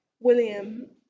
William